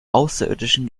außerirdischen